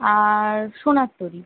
আর Sonar তরী